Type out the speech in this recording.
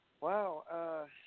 wow